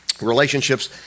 relationships